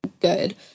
good